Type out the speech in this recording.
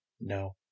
No